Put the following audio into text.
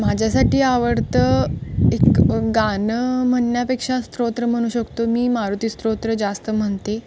माझ्यासाठी आवडतं एक गाणं म्हणण्यापेक्षा स्तोत्र म्हणू शकतो मी मारुतीस्तोत्र जास्त म्हणते